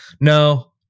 no